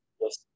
Yes